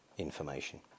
information